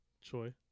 Choi